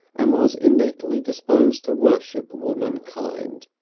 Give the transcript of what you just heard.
and was innately disposed to worship womankind.